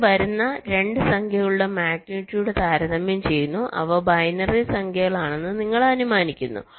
ഇത് വരുന്ന 2 സംഖ്യകളുടെ മാഗ്നിറ്റ്യൂഡ് താരതമ്യം ചെയ്യുന്നു അവ ബൈനറി സംഖ്യകളാണെന്ന് നിങ്ങൾ അനുമാനിക്കുന്നു